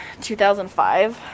2005